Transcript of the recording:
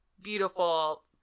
beautiful